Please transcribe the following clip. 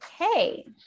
okay